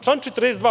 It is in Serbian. Član 42.